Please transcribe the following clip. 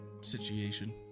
situation